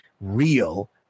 real